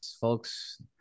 folks